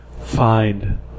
Find